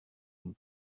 une